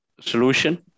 solution